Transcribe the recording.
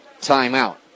timeout